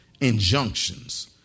Injunctions